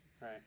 Right